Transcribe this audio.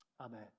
Amen